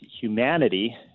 humanity